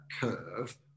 curve